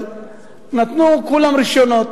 אבל נתנו כולם רשיונות,